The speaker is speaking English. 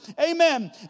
Amen